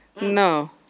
no